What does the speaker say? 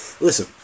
Listen